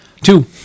Two